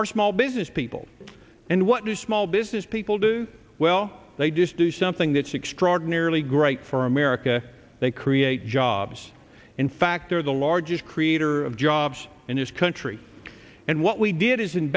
are small business people and what do small business people do well they just do something that's extraordinarily great for america they create jobs in fact they're the largest creator of jobs in this country and what we did is in